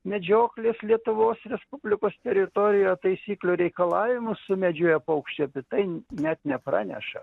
medžioklės lietuvos respublikos teritorijoj taisyklių reikalavimus sumedžioja paukštį apie net nepraneša